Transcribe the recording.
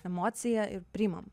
emocija ir priimam